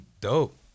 dope